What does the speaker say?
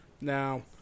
Now